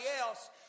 else